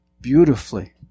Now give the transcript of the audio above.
beautifully